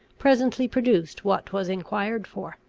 presently produced what was enquired for.